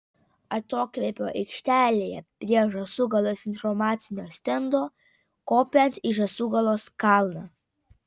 atokvėpio aikštelėje prie žąsūgalos informacinio stendo kopiant į žąsūgalos kalną